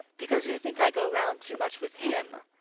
because you think i go round too much with him.